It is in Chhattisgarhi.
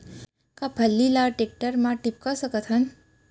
का फल्ली ल टेकटर म टिपका सकथन?